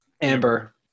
Amber